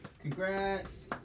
Congrats